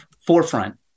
forefront